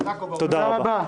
תודה רבה.